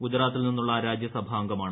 ഗുജറാത്തിൽ നിന്നുള്ള രാജ്യസഭാംഗമാണ്